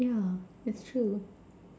yeah it's true